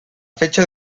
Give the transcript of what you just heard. fecha